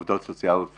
עובדות סוציאליות וכו'.